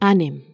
Anim